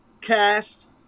Cast